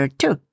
two